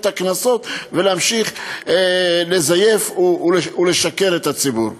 את הקנסות ולהמשיך לזייף ולשקר לציבור.